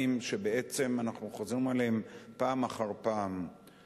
שבעצם אנחנו חוזרים עליהם פעם אחר פעם,